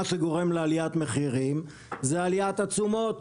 מה שגורם לעליית מחירים זה עליית התשומות,